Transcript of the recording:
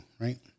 Right